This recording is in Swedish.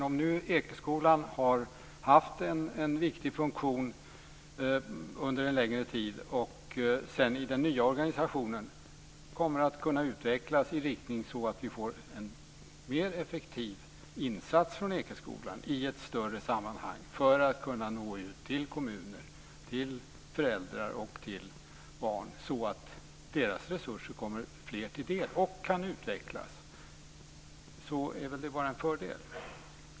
Om nu Ekeskolan har haft en viktig funktion under en längre tid och sedan i den nya organisationen kommer att kunna utvecklas i riktning mot att vi får en mer effektiv insats från Ekeskolan i ett större sammanhang, för att kunna nå ut till kommuner, till föräldrar och till barn så att deras resurser kommer fler till del och kan utvecklas, är det väl bara en fördel.